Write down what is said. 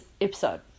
episode